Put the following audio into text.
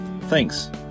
thanks